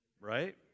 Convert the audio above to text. right